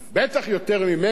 בטח יותר ממני,